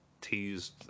teased